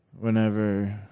whenever